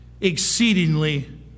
exceedingly